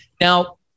Now